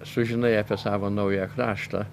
sužinai apie savo naują kraštą